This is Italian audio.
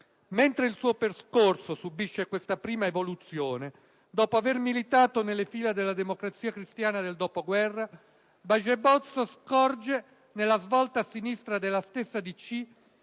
Mentre il suo percorso subisce questa prima evoluzione, dopo aver militato nelle fila della Democrazia Cristiana del dopoguerra, Baget Bozzo scorge nella svolta a sinistra della stessa DC,